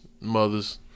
mothers